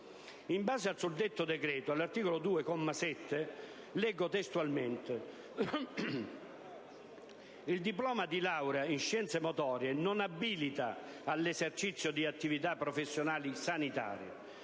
In base al suddetto decreto, all'articolo 2, comma 7, si legge testualmente: «Il diploma di laurea in scienze motorie non abilita all'esercizio di attività professionali sanitarie